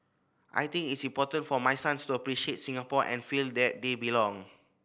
I think its important for my sons to appreciate Singapore and feel that they belong